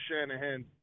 Shanahan